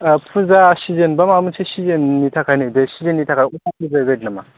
फुजा सिजोन बा माबा मोनसे सिजोननि थाखाय नैबे सिजोननि थाखाय अफार फैबायबायदों नामा